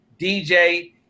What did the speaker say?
DJ